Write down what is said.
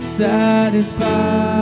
satisfied